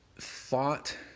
thought